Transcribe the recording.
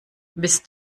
bist